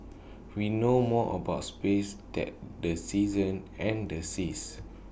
we know more about space than the seasons and the seas